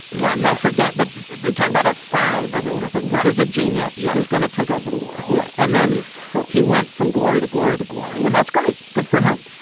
yeah. um now forget. but they talk about at five, everyone is like, this is a genius. know yeah who's gonna take over the world. and then he went from glory to glory to glory. and that's great. good for him.